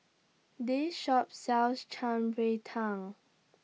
This Shop sells Shan Rui Tang